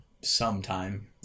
sometime